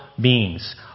beings